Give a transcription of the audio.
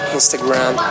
Instagram